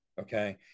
Okay